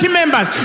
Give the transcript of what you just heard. members